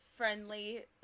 Friendly